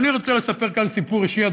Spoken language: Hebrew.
אדוני היושב-ראש, אני רוצה לספר כאן סיפור אישי.